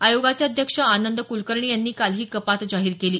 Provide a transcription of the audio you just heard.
आयोगाचे अध्यक्ष आनंद कुलकर्णी यांनी काल ही कपात जाहीर केली